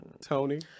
Tony